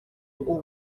uwo